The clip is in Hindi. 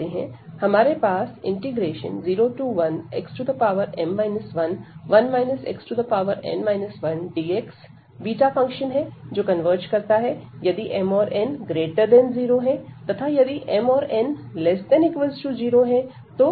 हमारे पास 01xm 11 xn 1dx beta function है जो कन्वर्ज करता है यदि m औरn0 तथा यदि m औरn≤0 तो डायवर्ज करता है